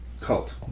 cult